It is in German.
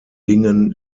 dingen